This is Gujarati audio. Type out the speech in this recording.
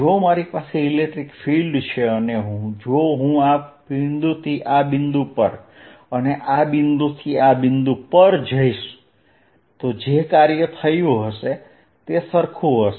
જો મારી પાસે ઇલેક્ટ્રિક ફીલ્ડ છે અને જો હું આ બિંદુથી આ બિંદુ પર અને આ બિંદુથી આ બિંદુ પર જઈશ તો જે કાર્ય થયું હશે તે સરખું હશે